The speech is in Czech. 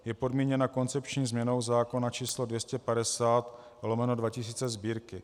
Je podmíněna koncepční změnou zákona č. 250/2000 Sb.